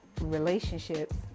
relationships